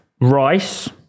Rice